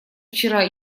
вчера